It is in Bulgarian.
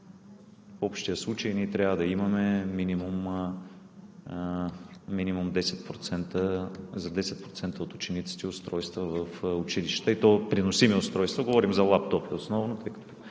В общия случай ние трябва да имаме за минимум 10% от учениците устройства в училищата, и то преносими – говорим за лаптопи основно,